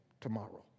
tomorrow